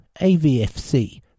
AVFC